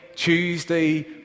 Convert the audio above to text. Tuesday